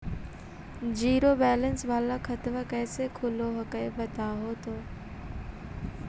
Zero balance वाला खतवा कैसे खुलो हकाई बताहो तो?